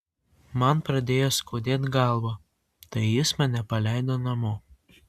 man pradėjo skaudėt galvą tai jis mane paleido namo